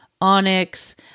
onyx